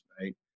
Right